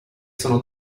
sono